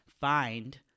Find